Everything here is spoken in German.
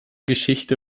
geschichte